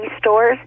stores